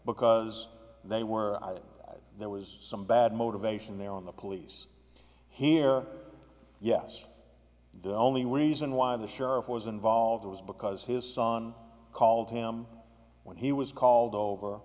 because they were there was some bad motivation there on the police here yes the only reason why the sheriff was involved was because his son called him when he was called over